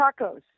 tacos